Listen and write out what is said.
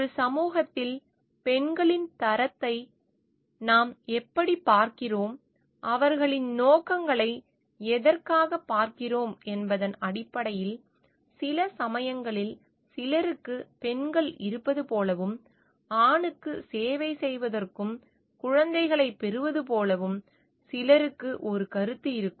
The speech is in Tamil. ஒரு சமூகத்தில் பெண்களின் தரத்தை நாம் எப்படிப் பார்க்கிறோம் அவர்களின் நோக்கங்களை எதற்காகப் பார்க்கிறோம் என்பதன் அடிப்படையில் சில சமயங்களில் சிலருக்குப் பெண்கள் இருப்பது போலவும் ஆணுக்குச் சேவை செய்வதற்கும் குழந்தைகளைப் பெறுவது போலவும் சிலருக்கு ஒரு கருத்து இருக்கும்